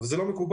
אבל זה לא מקובל.